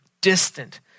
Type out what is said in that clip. distant